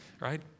right